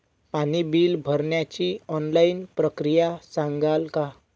पाणी बिल भरण्याची ऑनलाईन प्रक्रिया सांगाल का?